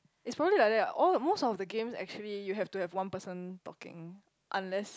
it's probably like that [what] all most of the game actually you have to have one person talking unless